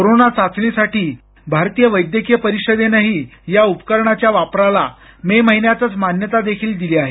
corona चाचणीसाठी वैद्यकीय परिषदेनं या उपकरणाच्या वापरला मे महिन्यातच मान्यता देखील दिली आहे